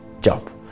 job